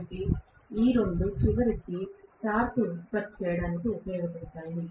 కాబట్టి ఈ రెండూ కలిసి చివరికి టార్క్ ఉత్పత్తికి ఉపయోగపడతాయి